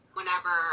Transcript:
Whenever